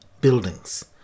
buildings